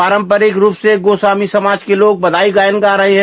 पारंपरिक रूप से गोस्वामी समाज के लोग बधाई गायन गा रहे हैं